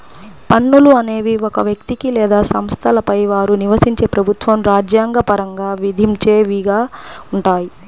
పన్నులు అనేవి ఒక వ్యక్తికి లేదా సంస్థలపై వారు నివసించే ప్రభుత్వం రాజ్యాంగ పరంగా విధించేవిగా ఉంటాయి